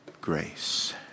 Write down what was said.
Grace